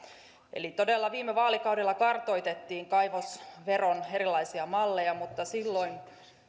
eli todella viime vaalikaudella kartoitettiin erilaisia kaivosveron malleja mutta silloin